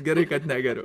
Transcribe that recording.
gerai kad negeriu